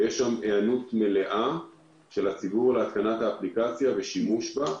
ויש שם היענות מלאה של הציבור להתקנת האפליקציה ושימוש בה,